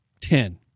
ten